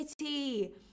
City